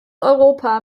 europa